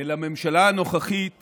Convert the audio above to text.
לממשלה הנוכחית